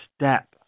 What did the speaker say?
step